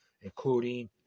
Including